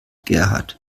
gerhard